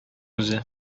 үзе